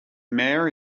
mayor